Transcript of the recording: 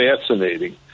fascinating